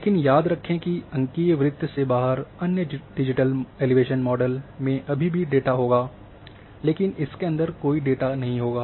लेकिन याद रखें कि अंकिय वृत्त से बाहर अन्य डिजिटल एलिवेशन मॉडल में अभी भी डेटा होगा लेकिन इसके अंदर कोई डेटा नहीं होगा